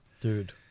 Dude